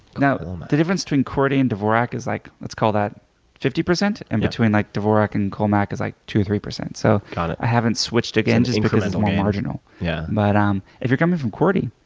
you know the difference between qwerty and dvorak is like let's call that fifty percent. and between like dvorak and colemak is like two or three percent. so kind of i haven't switched again just because it's more marginal. yeah but um if you're coming from qwerty,